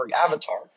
avatar